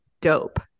dope